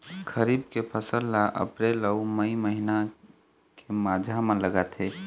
खरीफ के फसल ला अप्रैल अऊ मई महीना के माझा म लगाथे